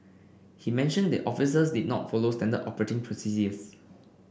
he mentioned the officers did not follow standard operating procedures